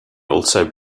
also